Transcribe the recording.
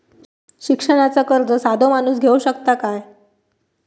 शिक्षणाचा कर्ज साधो माणूस घेऊ शकता काय?